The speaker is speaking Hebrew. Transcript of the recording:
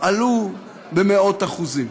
עלה במאות אחוזים.